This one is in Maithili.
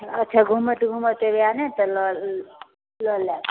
अच्छा घुमैत घुमैत आएब ने तऽ लऽ लेब